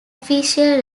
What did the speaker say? official